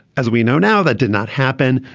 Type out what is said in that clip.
as we know now, that did not happen.